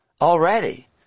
already